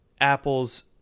Apple's